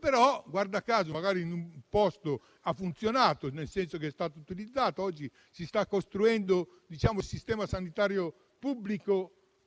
Però, guarda caso, magari in un posto ha funzionato, nel senso che è stata utilizzata. Oggi si sta costruendo il sistema sanitario pubblico